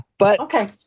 Okay